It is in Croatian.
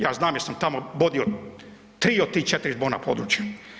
Ja znam jer sam tamo vodio 3 od tih 4 zborna područja.